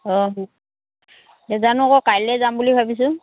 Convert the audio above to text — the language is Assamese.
অ' জানো আকৌ কাইলৈ যাম বুলি ভাবিছোঁ